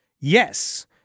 Yes